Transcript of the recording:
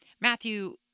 Matthew